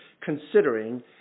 considering